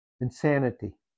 insanity